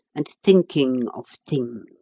and thinking of things. i